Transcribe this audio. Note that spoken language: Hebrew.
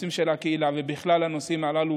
הנושאים של הקהילה ובכלל הנושאים הללו